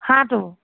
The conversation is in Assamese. হাঁহটো